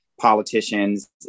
politicians